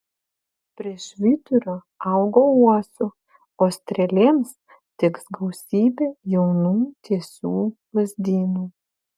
prie švyturio augo uosių o strėlėms tiks gausybė jaunų tiesių lazdynų